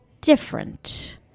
different